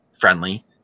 friendly